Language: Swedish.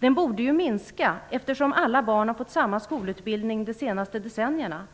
Den borde ju minska eftersom alla barn har fått samma skolutbildning de senaste decennierna.